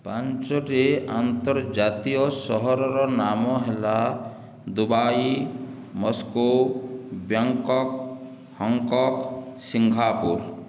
ପାଞ୍ଚଟି ଆନ୍ତର୍ଜାତୀୟ ସହରର ନାମ ହେଲା Dubai Moscow Bangkok Hong Kong Singapore